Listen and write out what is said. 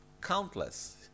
countless